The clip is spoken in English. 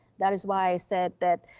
that is why i said that,